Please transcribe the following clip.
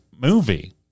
movie